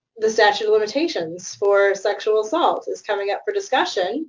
the statute of limitations for sexual assault is coming up for discussion